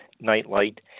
Nightlight